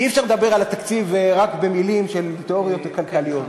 כי אי-אפשר לדבר על התקציב רק במילים של התיאוריות הכלכליות.